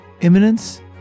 Imminence